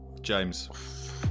James